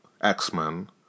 x-men